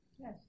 Yes